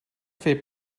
fer